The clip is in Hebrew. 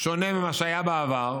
באופן שונה ממה שהיה בעבר,